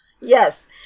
Yes